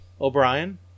O'Brien